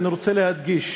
אני רוצה להדגיש